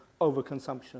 overconsumption